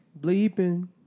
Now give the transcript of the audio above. bleeping